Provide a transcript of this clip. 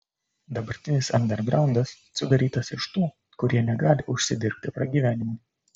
dabartinis andergraundas sudarytas iš tų kurie negali užsidirbti pragyvenimui